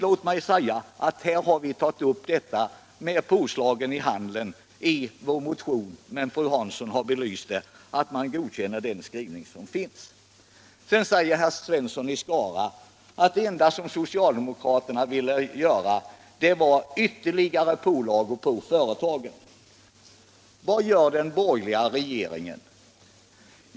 Låt mig säga att vi har tagit upp frågan om påslagen i handeln i vår motion, som fru Hansson har belyst, men godkänner den skrivning som föreligger. Sedan säger herr Svensson i Skara att det enda som socialdemokraterna ville göra var att införa ytterligare pålagor på företagen. Vad gör den borgerliga regeringen?